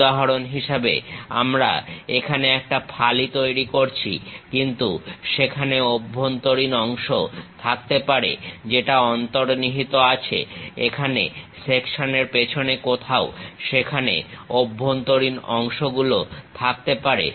উদাহরণ হিসেবে আমরা এখানে একটা ফালি তৈরি করছি কিন্তু সেখানে অভ্যন্তরীণ অংশ থাকতে পারে যেটা অন্তর্নিহিত আছে এখানে সেকশনের পেছনে কোথাও সেখানে অভ্যন্তরীণ অংশগুলো থাকতে পারে